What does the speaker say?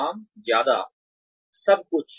काम ज्यादा plus minus सब कुछ